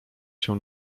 się